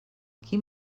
quin